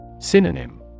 Synonym